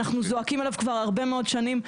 אנחנו זועקים עליו כבר הרבה מאוד שנים.